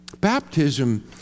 Baptism